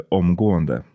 omgående